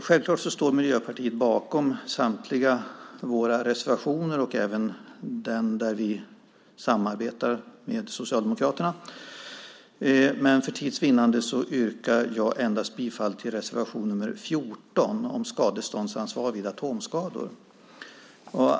Självklart står vi i Miljöpartiet bakom samtliga våra reservationer - även den där vi samarbetar med Socialdemokraterna - men för tids vinnande yrkar jag endast bifall till reservation nr 14 om skadeståndsansvar vid atomskador.